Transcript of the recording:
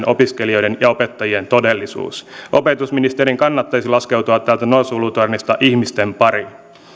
opiskelijoiden ja opettajien todellisuus opetusministerin kannattaisi laskeutua täältä norsunluutornista ihmisten pariin